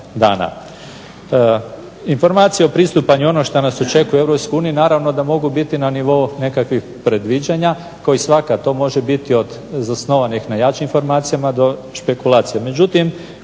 Informacije o pristupanju ono što nas očekuje u Europskoj uniji naravno da mogu biti na nivou nekakvih predviđanja kao i svaka to može biti od zasnovanih na jačim informacijama do špekulacija.